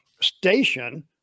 station